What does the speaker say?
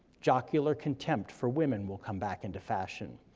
jocular contempt for women will come back into fashion.